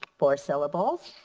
four syllables.